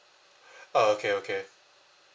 uh okay okay